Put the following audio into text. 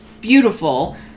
beautiful